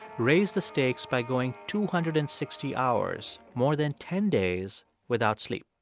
raised the stakes by going two hundred and sixty hours more than ten days without sleep.